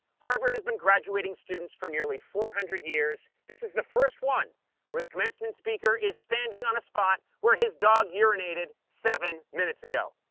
harvard has been graduating students for nearly four hundred years. this is the first one where the commencement speaker is standing on a spot where his dog urinated seven minutes ago.